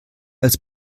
als